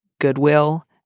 goodwill